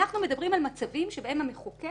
אנחנו מדברים על מצבים שבהם המחוקק